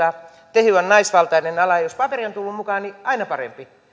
tehy on naisvaltainen ala jos paperi on tullut mukaan niin aina parempi